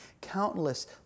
countless